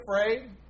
afraid